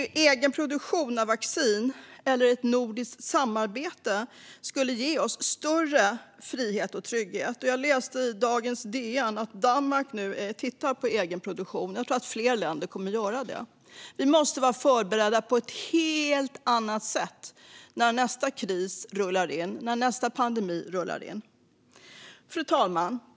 Egenproduktion av vaccin eller ett nordiskt samarbete skulle ge oss större frihet och trygghet. Jag läste i dagens DN att Danmark nu tittar på egenproduktion, och jag tror att fler länder kommer att göra det. Vi måste vara förberedda på ett helt annat sätt när nästa kris rullar in - när nästa pandemi rullar in. Fru talman!